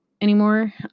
anymore